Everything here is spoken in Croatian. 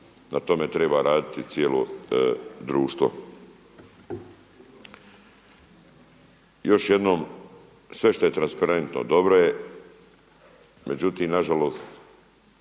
na tome treba raditi cijelo društvo. Još jednom, sve što je transparentno dobro je, međutim nažalost